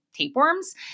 Tapeworms